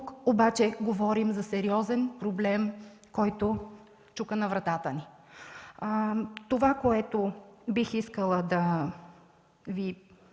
обаче говорим за сериозен проблем, който чука на вратата ни. Това, което бих искала да Ви